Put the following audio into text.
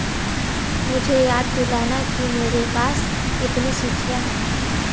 मुझे याद दिलाना कि मेरे पास कितनी सूचियाँ हैं